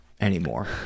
anymore